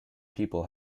people